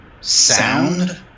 sound